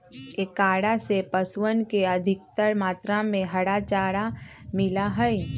एकरा से पशुअन के अधिकतर मात्रा में हरा चारा मिला हई